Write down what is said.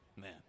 Man